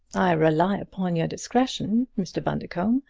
i rely upon your discretion, mr. bundercombe.